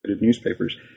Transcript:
newspapers